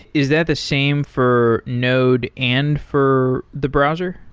is that the same for node and for the browser?